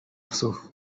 psów